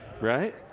right